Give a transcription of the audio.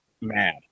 mad